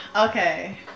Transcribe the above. Okay